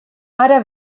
ara